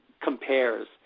compares